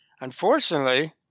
unfortunately